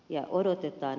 lisäksi todetaan